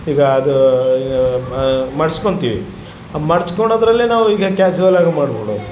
ಈಗ ಅದು ಯಾ ಮಡಿಚ್ಕೊತೀವಿ ಮಡಿಚ್ಕೊಳದ್ರಲ್ಲೇ ನಾವು ಈಗ ಕ್ಯಾಶ್ವಲಾಗಿ ಮಾಡ್ಬಿಡದೊ